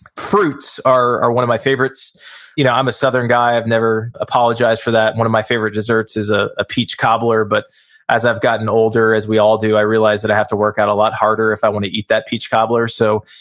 fruits are are one of my favorites you know, i'm a southern guy i've never apologized for that. one of my favorite deserts is a ah peach cobbler, but as i've gotten older, as we all do, i realize that i have to work out a lot harder if i wanna eat that peach cobbler. so,